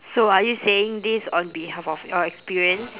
so are you saying this on behalf of your experience